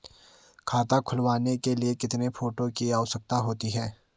खाता खुलवाने के लिए कितने फोटो की आवश्यकता होती है?